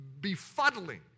befuddling